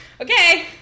okay